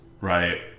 right